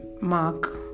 Mark